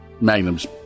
Magnum's